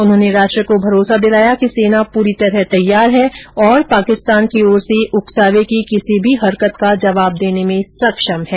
उन्होंने राष्ट्र को भरोसा दिलाया कि सेना पूरी तरह तैयार है और पाकिस्तान की ओर से उकसावे की किसी भी हरकत का जवाब देने में सक्षम है